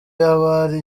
y’abari